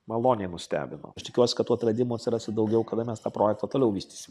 maloniai nustebino aš tikiuosi kad tų atradimų atsiras ir daugiau kada mes tą projektą toliau vystysim